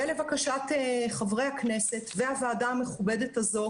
ולבקשת חברי הכנסת והוועדה המכובדת הזו,